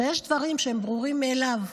שיש דברים שהם ברורים מאליהם.